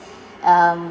um